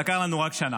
לקח לנו רק שנה.